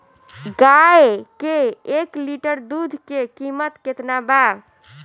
गाए के एक लीटर दूध के कीमत केतना बा?